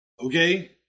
Okay